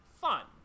fun